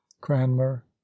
cranmer